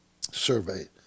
survey